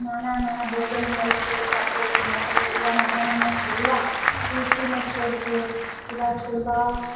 નાના નાના બોગન વેલ છે ચંપો છે મોગરો એવા નાના નાના છોડવા તુલસીનો છોડ છે એવા છોડવા